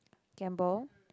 gamble